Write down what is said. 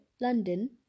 London